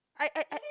I I I